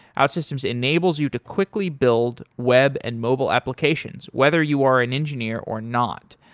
outsystems enables you to quickly build web and mobile applications whether you are an engineer or not.